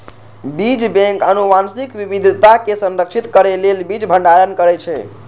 बीज बैंक आनुवंशिक विविधता कें संरक्षित करै लेल बीज भंडारण करै छै